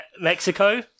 Mexico